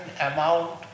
amount